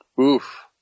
Oof